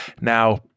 Now